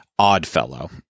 oddfellow